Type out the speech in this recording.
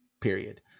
period